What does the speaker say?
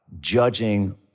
judging